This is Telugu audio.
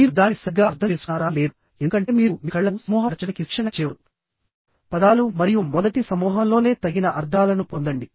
మీరు దానిని సరిగ్గా అర్థం చేసుకున్నారా లేదా ఎందుకంటే మీరు మీ కళ్ళను సమూహపరచడానికి శిక్షణ ఇచ్చేవారు పదాలు మరియు మొదటి సమూహంలోనే తగిన అర్థాలను పొందండి